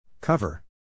Cover